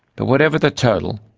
but whatever the total,